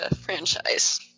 franchise